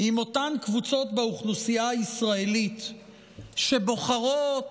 עם אותן קבוצות באוכלוסייה הישראלית שבוחרות